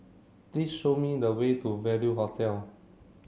please show me the way to Value Hotel